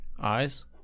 eyes